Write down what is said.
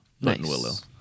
Nice